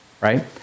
right